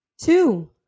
Two